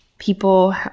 People